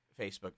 Facebook